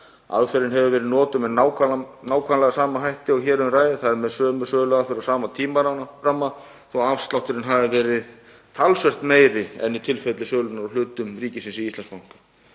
Aðferðin hefur verið notuð með nákvæmlega sama hætti og hér um ræðir, þ.e. með sömu söluaðferð og sama tímaramma þótt afslátturinn hafi verið talsvert meiri en í tilfelli sölunnar á hlutum ríkisins í Íslandsbanka.